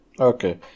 Okay